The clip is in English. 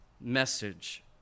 message